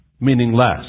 meaningless